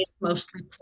mostly